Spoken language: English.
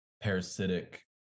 parasitic